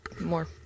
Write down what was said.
more